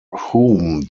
whom